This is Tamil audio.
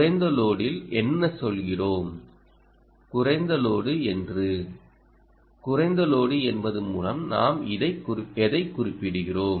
குறைந்த லோடில் என்ன சொல்கிறோம் குறைந்த லோடு என்றுகுறைந்த லோடு என்பதன் மூலம் நாம் எதைக் குறிப்பிடுகிறோம்